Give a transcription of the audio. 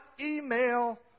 email